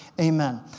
Amen